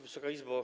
Wysoka Izbo!